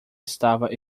estava